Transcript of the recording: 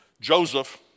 Joseph